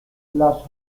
las